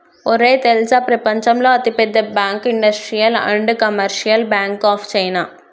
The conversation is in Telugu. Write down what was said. ఒరేయ్ తెల్సా ప్రపంచంలో అతి పెద్ద bank industrial and commercial bank of China